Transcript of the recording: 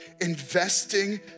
investing